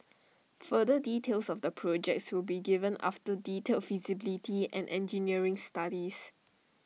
further details of the projects will be given after detailed feasibility and engineering studies